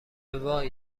وای